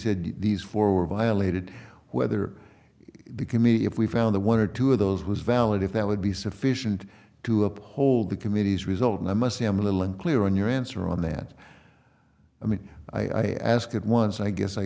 said these four were violated whether the committee if we found the one or two of those was valid if that would be sufficient to uphold the committee's result and i must say i'm a little unclear on your answer on that i mean i asked it once i guess i